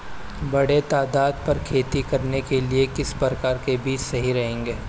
बड़े तादाद पर खेती करने के लिए किस प्रकार के बीज सही रहेंगे?